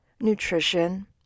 nutrition